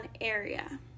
area